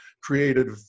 created